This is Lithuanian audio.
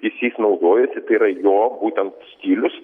jis jais naudojasi tai yra jo būtent stilius